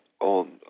on